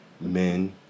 men